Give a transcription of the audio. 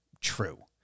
true